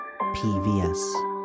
PVS